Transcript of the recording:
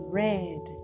red